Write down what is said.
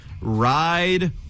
ride